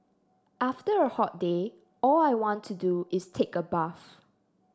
after a hot day all I want to do is take a bath